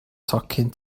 tocyn